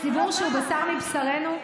ציבור שהוא בשר מבשרנו.